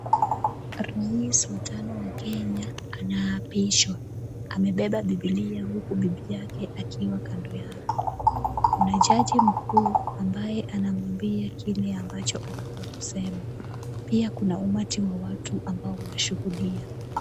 Rais wa tano wa Kenya anaapishwa. Amebeba bibilia huku bibi yake akiwa kando yake. Kuna jaji mkuu ambaye anamwambia kile ambacho anafaa kusema. Pia kuna umati wa watu ambao wanashuhudia.